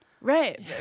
right